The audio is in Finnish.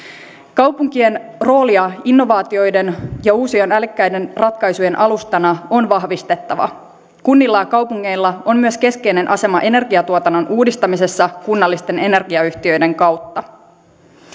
kaupunkien roolia innovaatioiden ja uusien älykkäiden ratkaisujen alustana on vahvistettava kunnilla ja kaupungeilla on myös keskeinen asema energiatuotannon uudistamisessa kunnallisten energiayhtiöiden kautta